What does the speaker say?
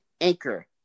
Anchor